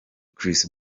chris